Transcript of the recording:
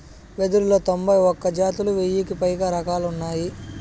వెదురులో తొంభై ఒక్క జాతులు, వెయ్యికి పైగా రకాలు ఉన్నాయి